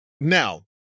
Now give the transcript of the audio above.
Now